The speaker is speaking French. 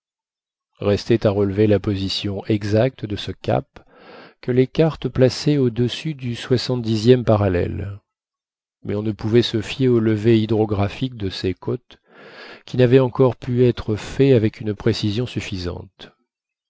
restait à relever la position exacte de ce cap que les cartes plaçaient au-dessus du soixante dixième parallèle mais on ne pouvait se fier au levé hydrographique de ces côtes qui n'avait encore pu être fait avec une précision suffisante